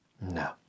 No